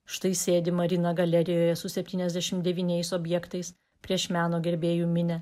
štai sėdi marina galerijoje su septyniasdešim devyniais objektais prieš meno gerbėjų minią